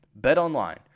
BetOnline